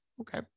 Okay